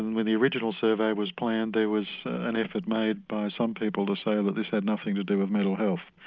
when the original survey was planned there was an effort made by some people to say that this had nothing to do with mental health.